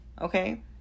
Okay